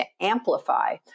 amplify